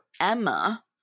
Emma